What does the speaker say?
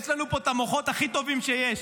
יש לנו פה את המוחות הכי טובים שיש,